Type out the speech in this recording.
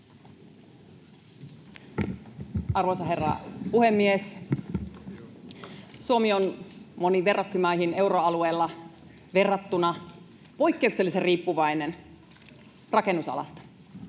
Arvoisa herra puhemies! Suomi on moniin verrokkimaihin euroalueella verrattuna poikkeuksellisen riippuvainen rakennusalasta.